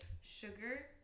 sugar